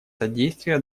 содействие